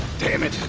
damage